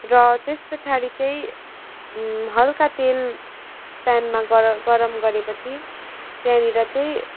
र त्यस पछाडि चाहिँ हल्का तेल प्यानमा गर गरम गरेपछि त्यहाँनिर चाहिँ